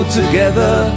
together